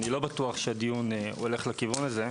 אני לא בטוח שהדיון הולך לכיוון הזה.